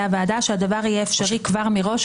הוועדה שהדבר יהיה אפשרי כבר מראש,